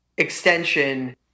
extension